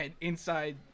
inside